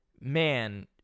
man